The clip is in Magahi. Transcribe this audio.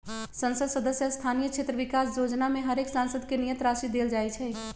संसद सदस्य स्थानीय क्षेत्र विकास जोजना में हरेक सांसद के नियत राशि देल जाइ छइ